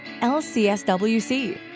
lcswc